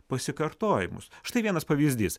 pasikartojimus štai vienas pavyzdys